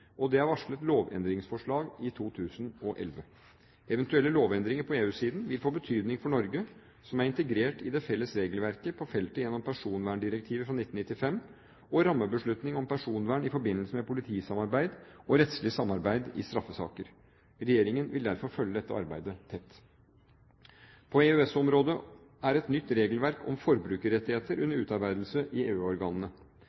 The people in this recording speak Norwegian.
og det er varslet lovendringsforslag i 2011. Eventuelle lovendringer på EU-siden vil få betydning for Norge, som er integrert i det felles regelverket på feltet gjennom personverndirektivet fra 1995 og rammebeslutning om personvern i forbindelse med politisamarbeid og rettslig samarbeid i straffesaker. Regjeringen vil derfor følge dette arbeidet tett. På EØS-området er et nytt regelverk om forbrukerrettigheter